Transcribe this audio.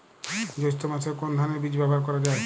জৈষ্ঠ্য মাসে কোন ধানের বীজ ব্যবহার করা যায়?